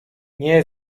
nie